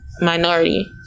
minority